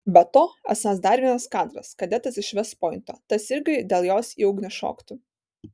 be to esąs dar vienas kadras kadetas iš vest pointo tas irgi dėl jos į ugnį šoktų